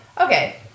Okay